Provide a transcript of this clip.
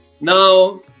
Now